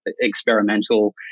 experimental